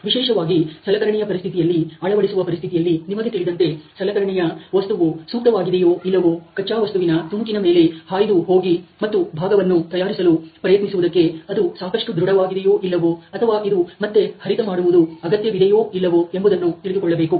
ವಿಶೇಷವಾಗಿ ಸಲಕರಣೆಯ ಪರಿಸ್ಥಿತಿಯಲ್ಲಿ ಅಳವಡಿಸುವ ಪರಿಸ್ಥಿತಿಯಲ್ಲಿ ನಿಮಗೆ ತಿಳಿದಂತೆ ಸಲಕರಣೆಯ ವಸ್ತುವು ಸೂಕ್ತವಾಗಿದೆಯೋ ಇಲ್ಲವೋ ಕಚ್ಚಾವಸ್ತುವಿನ ತುಣುಕಿನ ಮೇಲೆ ಹಾಯ್ದು ಹೋಗಿ ಮತ್ತು ಭಾಗವನ್ನು ತಯಾರಿಸಲು ಪ್ರಯತ್ನಿಸುವುದಕ್ಕೆ ಅದು ಸಾಕಷ್ಟು ದೃಢವಾಗಿದೆಯೋ ಇಲ್ಲವೋ ಅಥವಾ ಇದು ಮತ್ತೆ ಹರಿತ ಮಾಡುವುದು ಅಗತ್ಯವಿದೆಯೋ ಇಲ್ಲವೋ ಎಂಬುದನ್ನು ತಿಳಿದುಕೊಳ್ಳಬೇಕು